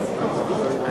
מספיק.